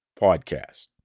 podcast